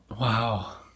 Wow